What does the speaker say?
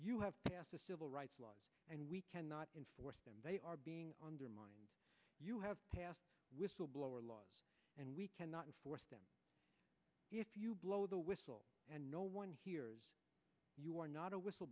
you have passed the civil rights laws and we cannot enforce them they are being undermined you have passed whistleblower laws and we cannot enforce them if you blow the whistle and no one hears you are not a whistle